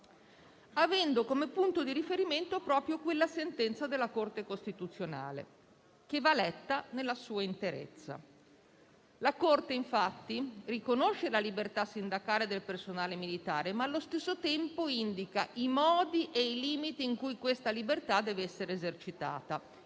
avendo come punto di riferimento proprio quella sentenza della Corte costituzionale, che va letta nella sua interezza. La Corte, infatti, riconosce la libertà sindacale del personale militare, ma allo stesso tempo indica i modi e i limiti in cui questa libertà deve essere esercitata,